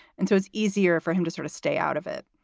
and so it's easier for him to sort of stay out of it?